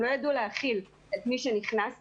הם לא ידעו להכיל את מי שנכנס אליהם,